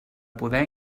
poder